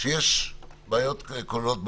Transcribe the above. כשיש בעיות כוללות במדינה.